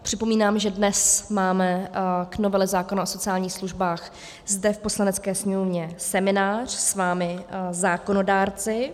Připomínám, že dnes máme k novele zákona o sociálních službách zde v Poslanecké sněmovně seminář s vámi, zákonodárci.